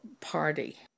party